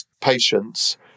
patients